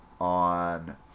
on